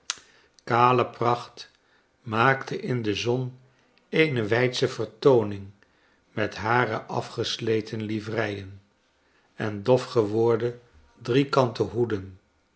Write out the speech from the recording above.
kale pracht maakten in de zon eene weidsche vertooning met hare afgesletenlivreien en dof geworden driekanten hoeden